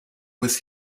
was